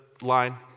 line